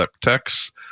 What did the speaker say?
text